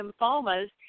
lymphomas